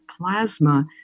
plasma